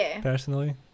personally